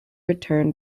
return